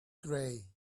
gray